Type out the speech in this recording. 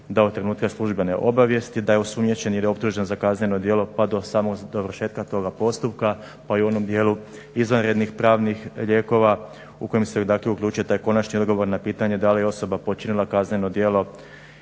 da od trenutka službene obavijesti da je osumnjičen ili optužen za kazneno djelo pa do samog dovršetka toga postupka pa i u onom djelu izvanrednih pravnih lijekova u kojem se dakle uključuje taj konačni odgovor na pitanje da li je osoba počinila kazneno djelo